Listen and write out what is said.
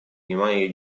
внимание